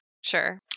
sure